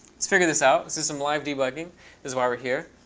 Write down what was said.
let's figure this out. this is some live debugging is why we're here.